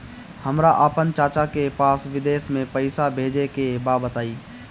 हमरा आपन चाचा के पास विदेश में पइसा भेजे के बा बताई